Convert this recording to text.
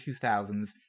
2000s